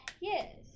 Yes